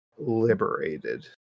liberated